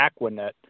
Aquanet